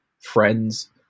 friends